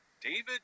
David